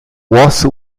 watts